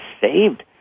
saved